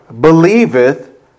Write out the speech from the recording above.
believeth